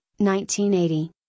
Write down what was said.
1980